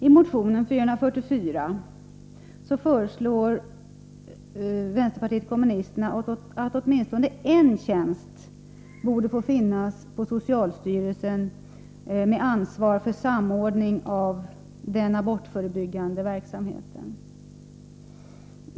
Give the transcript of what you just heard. I motion 444 föreslår vpk att åtminstone en tjänst borde finnas på socialstyrelsen med ansvar för samordning av den abortförebyggande verksamheten.